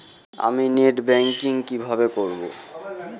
আমি net banking কিভাবে করব?